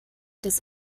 des